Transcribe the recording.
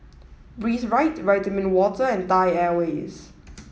breathe Right Vitamin Water and Thai Airways